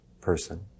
person